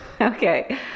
Okay